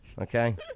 okay